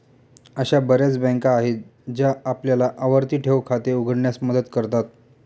अशा बर्याच बँका आहेत ज्या आपल्याला आवर्ती ठेव खाते उघडण्यास मदत करतात